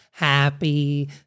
happy